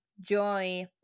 joy